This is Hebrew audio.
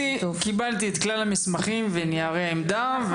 יערה, קיבלתי את כל המסמכים וניירי עמדה.